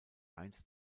einst